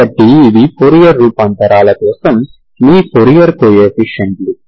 కాబట్టి ఇవి ఫోరియర్ రూపాంతరాల కోసం మీ ఫోరియర్ కోఎఫిషియంట్ లు